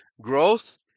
growth